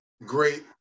great